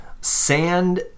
sand